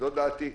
זאת דעתי.